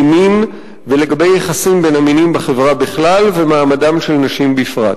מין ולגבי יחסים בין המינים בחברה בכלל ומעמדן של נשים בפרט.